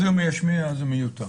אז אם הוא ישמיע אז זה מיותר.